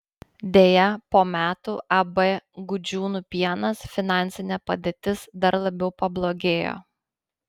deja po metų ab gudžiūnų pienas finansinė padėtis dar labiau pablogėjo